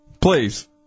Please